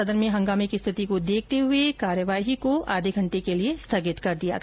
सदन में हंगामे को देखते हए कार्यवाही को आधे घंटे के लिए स्थगित कर दिया गया